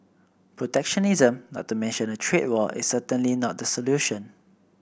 protectionism not to mention a trade war is certainly not the solution